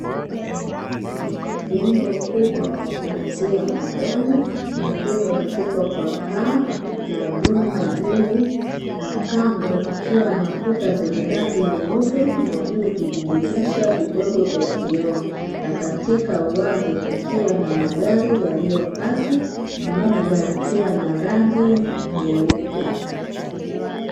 Jengo kubwa la kuuzia magari, lililoezekwa kwa paa na vyuma juu, na kando kukiwa na kuta zenye rangi nyeupe na juu vidirisha vidogo vya kioo na katika uwazi kukiwa na magari yaliyopaki moja likiwa na rangi nyeupe.